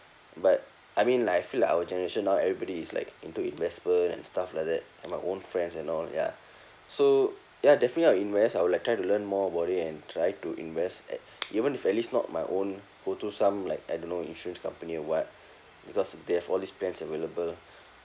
but I mean like I feel like our generation now everybody is like into investment and stuff like that and my own friends and all ya so ya definitely I will invest I will like try to learn more about it and try to invest at even if at least not my own some like I don't know insurance company or what because they have all these plans available